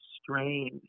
strange